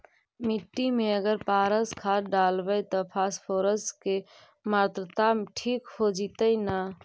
मिट्टी में अगर पारस खाद डालबै त फास्फोरस के माऋआ ठिक हो जितै न?